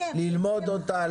צריך ללמוד אותה,